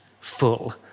full